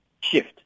shift